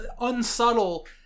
unsubtle